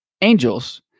angels